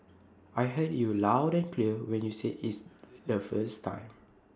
I heard you loud and clear when you said its the first time